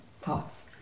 thoughts